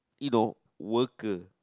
you know worker